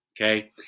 okay